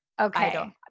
Okay